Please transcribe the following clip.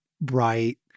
bright